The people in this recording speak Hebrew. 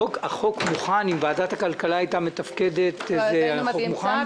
אם ועדת הכלכלה היתה מתפקדת, האם החוק מוכן?